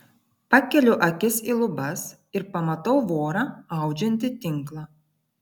pakeliu akis į lubas ir pamatau vorą audžiantį tinklą